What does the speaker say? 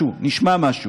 משהו, נשמע משהו,